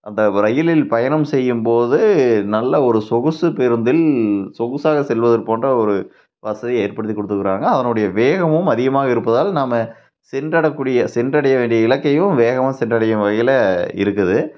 அந்த ரயிலில் பயணம் செய்யும் போது நல்ல ஒரு சொகுசு பேருந்தில் சொகுசாக செல்வதற்கு போன்ற ஒரு வசதியை ஏற்படுத்தி கொடுத்துருக்காங்க அதனுடைய வேகமும் அதிகமாக இருப்பதால் நாம் சென்றடக்கூடிய சென்றடைய வேண்டிய இலக்கையும் வேகமாக சென்றடையும் வகையில் இருக்குது